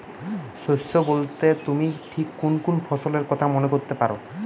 শস্য বোলতে তুমি ঠিক কুন কুন ফসলের কথা মনে করতে পার?